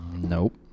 Nope